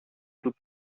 του